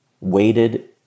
weighted